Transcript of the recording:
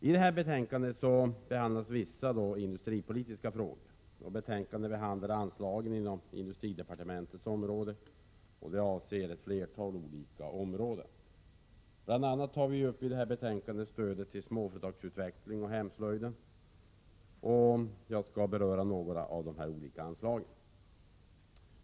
I detta betänkande behandlas vissa industripolitiska frågor och anslagen inom industridepartementets område. De avser ett flertal olika områden. I betänkandet tar vi bl.a. upp stödet till småföretagsutvecklingen och hemslöjden. Jag skall beröra några av de olika anslagen.